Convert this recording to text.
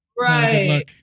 right